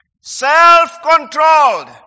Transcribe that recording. Self-controlled